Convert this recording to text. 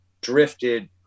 drifted